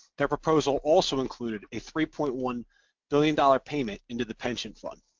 their proposal also included a three point one billion dollar payment into the pension fund,